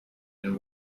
and